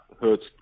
hurts